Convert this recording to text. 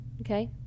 Okay